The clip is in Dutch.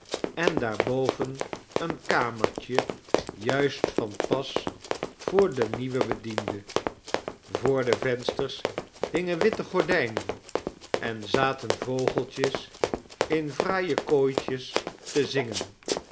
en daarboven een kamertje juist van pas voor den nieuwen bediende voor de vensters hingen witte gordijnen en zaten vogeltjes in fraaie kooitjes te zingen